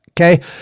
Okay